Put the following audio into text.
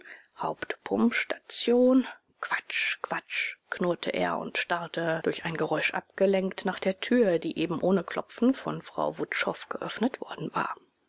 hauptpumpstation quatsch quatsch knurrte er und starrte durch ein geräusch abgelenkt nach der tür die eben ohne klopfen von frau wutschow geöffnet worden war